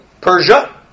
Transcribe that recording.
Persia